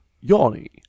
Yanni